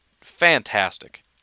fantastic